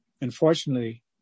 Unfortunately